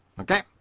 Okay